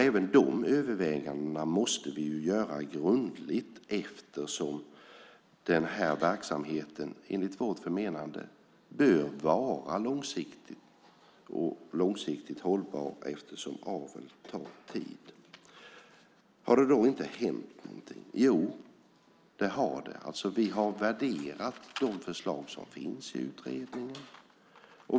Även dessa överväganden måste vi göra grundligt eftersom den här verksamheten, enligt vårt förmenande, bör vara långsiktigt hållbar eftersom avel tar tid. Har det då inte hänt någonting? Jo, det har det. Vi har värderat de förslag som finns i utredningen.